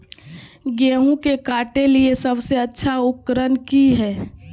गेहूं के काटे के लिए सबसे अच्छा उकरन की है?